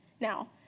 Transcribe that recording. Now